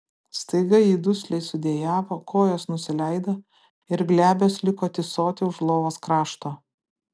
staiga ji dusliai sudejavo kojos nusileido ir glebios liko tysoti už lovos krašto